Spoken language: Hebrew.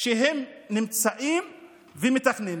שהם נמצאים ומתכננת.